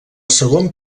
segon